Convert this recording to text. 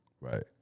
Right